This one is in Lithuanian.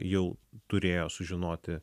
jau turėjo sužinoti